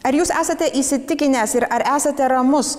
ar jūs esate įsitikinęs ir ar esate ramus